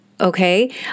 okay